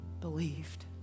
believed